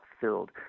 filled